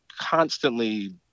constantly